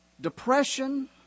depression